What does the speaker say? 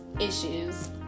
issues